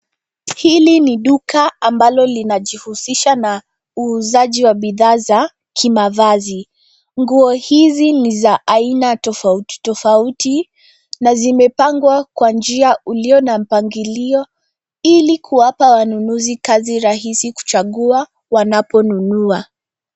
Hili ni duka ambalo linajihusisha na uuzaji wa bidhaa za kimavazi. Nguo hizi ni za aina tofautitofauti na zimepangwa kwa njia ulio na mpangilio ili kuwapa wanunuzi kazi rahisi kuchagua wanaponunua.